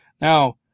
Now